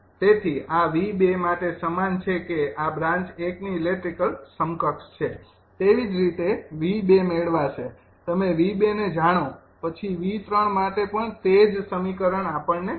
તેથી આ 𝑉૨ માટે સમાન છે કે આ બ્રાન્ચ ૧ની ઇલેક્ટ્રિકલ સમકક્ષ છે તેવી જ રીતે 𝑉૨ મેળવાશે તમે 𝑉૨ને જાણો પછી 𝑉૩ માટે પણ તે જ સમીકરણ આપણને મળશે